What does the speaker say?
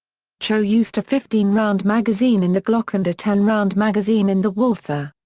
cho used a fifteen round magazine in the glock and a ten round magazine in the walther.